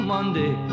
Monday